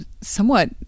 somewhat